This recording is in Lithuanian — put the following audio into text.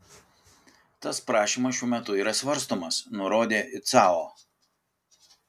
tas prašymas šiuo metu yra svarstomas nurodė icao